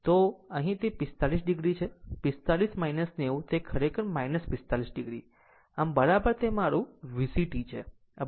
તો અહીં તે 45 o છે 45 90 તે છે 45 o બરાબર તે મારું VC t છે